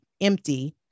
empty